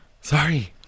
sorry